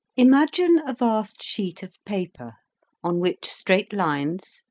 imagine a vast sheet of paper on which straight lines,